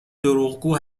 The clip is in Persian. دروغگو